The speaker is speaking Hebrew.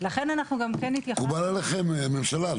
מקובל עליכם הממשלה?